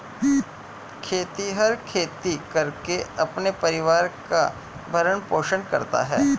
खेतिहर खेती करके अपने परिवार का भरण पोषण करता है